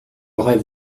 rêve